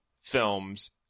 Films